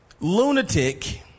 lunatic